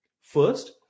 First